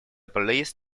police